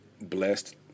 blessed